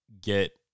get